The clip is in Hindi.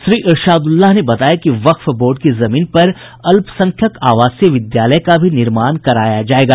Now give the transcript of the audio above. श्री इरशाल उल्लाह ने बताया कि वक्फ बोर्ड की जमीन पर अल्पसंख्यक आवासीय विद्यालय का भी निर्माण कराया जायेगा